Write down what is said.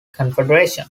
confederation